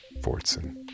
Fortson